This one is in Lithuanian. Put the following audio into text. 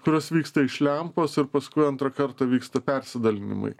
kurios vyksta iš lempos ir paskui antrą kartą vyksta persidalinimai